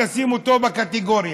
לשים אותו בקטגוריה.